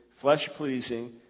flesh-pleasing